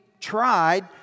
tried